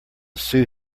sue